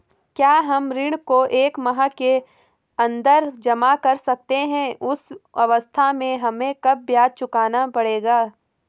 क्या हम ऋण को एक माह के अन्दर जमा कर सकते हैं उस अवस्था में हमें कम ब्याज चुकाना पड़ेगा?